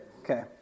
Okay